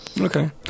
Okay